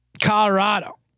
Colorado